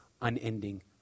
unending